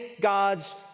God's